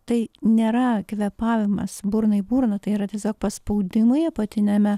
tai nėra kvėpavimas burna į burną tai yra tiesiog paspaudimai apatiniame